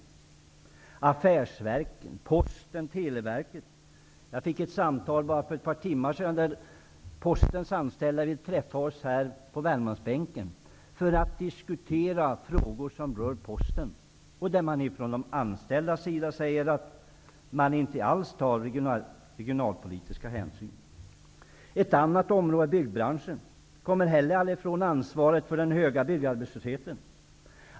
Det gäller också affärsverken Posten och Televerket. Jag fick för bara ett par timmar sedan ett samtal om att Postens anställda vill träffa oss här på Värmlandsbänken för att diskutera frågor som rör Posten; de anställda säger att man inte alls tar regionalpolitiska hänsyn. Ett annat område är byggbranschen. Ni kommer aldrig ifrån ansvaret för den höga byggarbetslösheten heller.